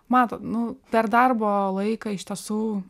matot nu per darbo laiką iš tiesų